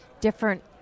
different